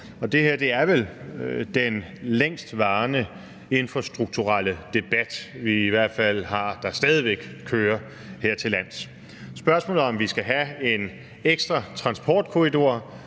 og det her er vel den længstvarende infrastrukturelle debat, som vi i hvert fald har haft, og som stadig væk kører hertillands, nemlig spørgsmålet om, om vi skal have en ekstra transportkorridor